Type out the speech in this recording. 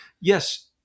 yes